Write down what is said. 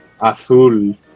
Azul